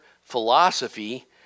philosophy